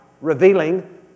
revealing